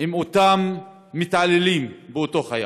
עם אותם מתעללים באותו חייל.